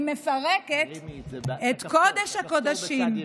היא מפרקת את קודש-הקודשים,